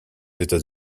états